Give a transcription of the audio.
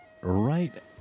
right